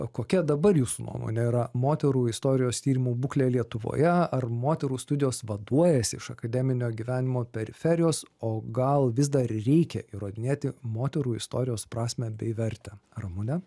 kokia dabar jūsų nuomone yra moterų istorijos tyrimų būklė lietuvoje ar moterų studijos vaduojasi iš akademinio gyvenimo periferijos o gal vis dar reikia įrodinėti moterų istorijos prasmę bei vertę ramune